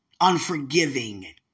unforgiving